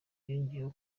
yongeyeko